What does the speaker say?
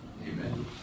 Amen